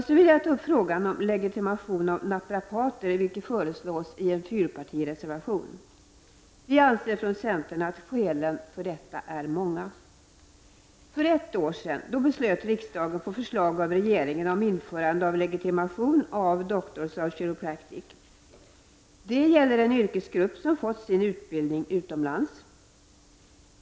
Så vill jag ta upp frågan om legitimation av naprapater, som föreslås i en fyrpartireservation. Vi anser från centern att skälen för detta förslag är många. För ett år sedan beslöt riksdagen på förslag av regeringen om införande av legitimation av Doctors of Chiropractic. Det gäller en yrkesgrupp som fått sin utbildning utomlands.